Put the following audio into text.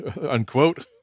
unquote